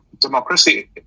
Democracy